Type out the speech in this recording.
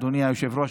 אדוני היושב-ראש,